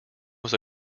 was